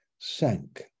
sank